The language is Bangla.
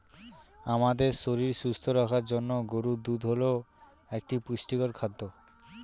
আমাদের শরীর সুস্থ রাখার জন্য গরুর দুধ হল একটি পুষ্টিকর খাদ্য